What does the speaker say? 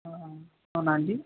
అవునా అండి